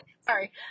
sorry